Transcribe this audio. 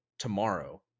Tomorrow